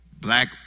black